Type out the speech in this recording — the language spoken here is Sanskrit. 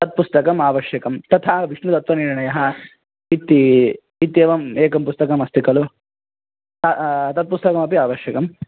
तत् पुस्तकमावश्यकं तथा विष्णुतत्त्वनिर्णयः इति इत्येवम् एकं पुस्तकमस्ति कलु तत् पुस्तकमपि आवश्यकं